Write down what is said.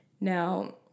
Now